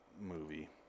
movie